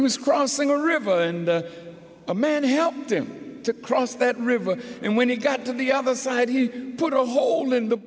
it was crossing a river and a man helped him to cross that river and when he got to the other side he put a hole in the